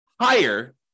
higher